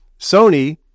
Sony